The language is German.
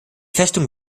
festung